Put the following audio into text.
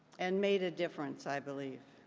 and made a difference, i believe.